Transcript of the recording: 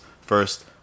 first